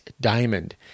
diamond